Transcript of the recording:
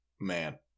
man